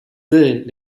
dès